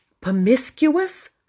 promiscuous